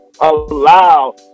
allow